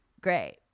great